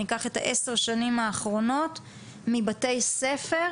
וניקח את 10 השנים האחרונות מבתי ספר,